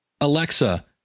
Alexa